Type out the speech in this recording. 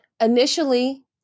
initially